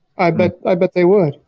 i but i bet they would.